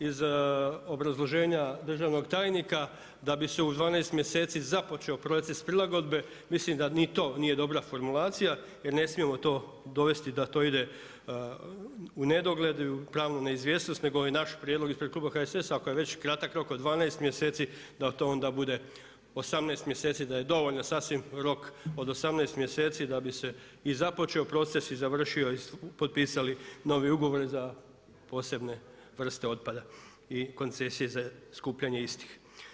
Iz obrazloženja državnog tajnika da bi se u 12 mjeseci započeo proces prilagodbe mislim da ni to nije dobra formulacija, jer ne smijemo to dovesti da to ide u nedogled i u pravnu neizvjesnost, nego je naš prijedlog ispred kluba HSS-a ako je već kratak rok od 12 mjeseci da to onda bude 18 mjeseci, da je dovoljno sasvim rok od 18 mjeseci da bi se i započeo proces i završio, potpisali novi ugovori za posebne vrste otpada i koncesije za skupljanje istih.